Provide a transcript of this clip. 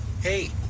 Hey